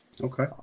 Okay